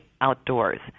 outdoors